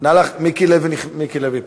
מיקי לוי פה?